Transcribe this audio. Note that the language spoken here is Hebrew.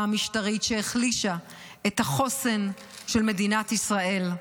משטרית שהחלישה את החוסן של מדינת ישראל.